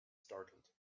startled